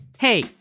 Hey